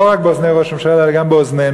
לא רק באוזני ראש הממשלה אלא גם באוזנינו.